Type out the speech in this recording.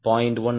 1 முதல் 0